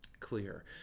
clear